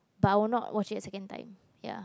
but I would not watching a second time ya